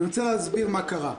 אני רוצה להסביר מה קרה.